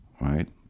right